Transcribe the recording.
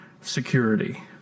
security